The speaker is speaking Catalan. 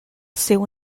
seu